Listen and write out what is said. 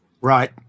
Right